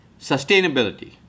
Sustainability